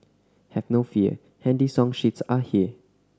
have no fear handy song sheets are here